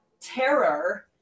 terror